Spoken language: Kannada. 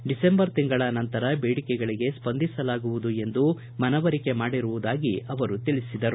ಡಿಸೆಂಬರ್ ನಂತರ ಬೇಡಿಕೆಗಳಿಗೆ ಸ್ಪಂದಿಸಲಾಗುವುದು ಎಂದು ಮನವರಿಕೆ ಮಾಡಿರುವುದಾಗಿ ತಿಳಿಸಿದರು